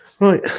Right